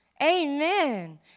Amen